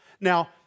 Now